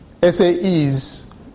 SAEs